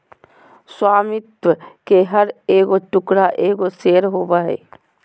स्वामित्व के हर एगो टुकड़ा एगो शेयर होबो हइ